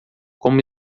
como